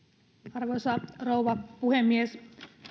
arvoisa rouva puhemies